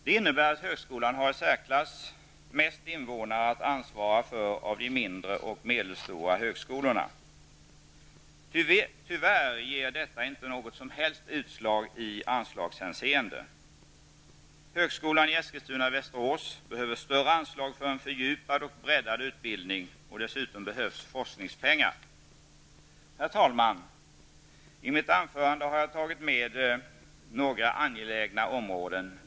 Det innebär att denna högskola har i särsklass mest invånare att ansvara för av de mindre och medelstora högskolorna. Tyvärr ger detta inte något som helst utslag i anslagshänseende. Högskolan i Eskilstuna/Västerås behöver större anslag för en fördjupad och breddad utbildning. Dessutom behövs forskningspengar. Herr talman! I mitt anförande har jag tagit upp några angelägna områden.